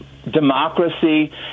democracy